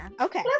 Okay